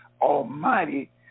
Almighty